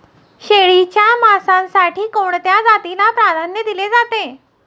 शेळीच्या मांसासाठी कोणत्या जातीला प्राधान्य दिले जाते?